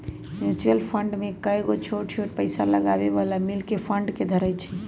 mutual fund में कयगो छोट छोट पइसा लगाबे बला मिल कऽ फंड के धरइ छइ